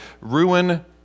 ruin